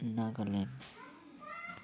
Nagaland